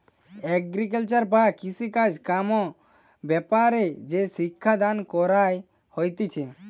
agriculture বা কৃষিকাজ কাম ব্যাপারে যে শিক্ষা দান কইরা হতিছে